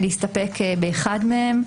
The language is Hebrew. למה לא להסתפק באחד מהם?